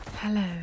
Hello